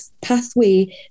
pathway